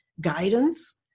guidance